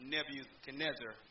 Nebuchadnezzar